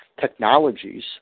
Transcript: technologies